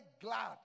glad